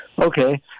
Okay